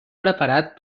preparat